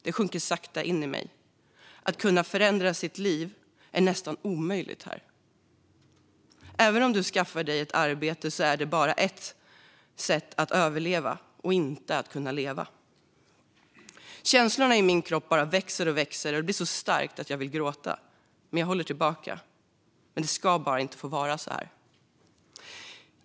Det sjunker sakta in i mig: Att kunna förändra sitt liv är nästan omöjligt här. Även om du skaffar dig ett arbete är det bara ett sätt att överleva och inte att leva. Känslorna i min kropp bara växer och växer, och det blir så starkt att jag vill gråta. Men jag håller tillbaka. Det ska bara inte få vara så här!